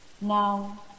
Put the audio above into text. Now